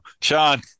Sean